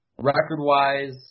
Record-wise